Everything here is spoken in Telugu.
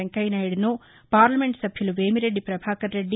వెంకయ్యనాయుడును పార్లమెంట్ సభ్యులు వేమిరెడ్టి ప్రభాకర్రెడ్డి